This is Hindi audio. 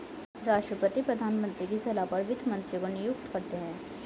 राष्ट्रपति प्रधानमंत्री की सलाह पर वित्त मंत्री को नियुक्त करते है